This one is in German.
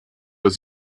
aus